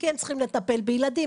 כי הם צריכים לטפל בילדים,